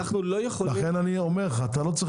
לכן אני אומר שאתה לא צריך